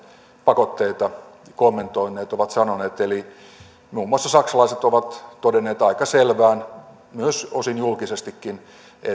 pakotteita kommentoineet ovat sanoneet muun muassa saksalaiset ovat todenneet aika selvään osin julkisestikin että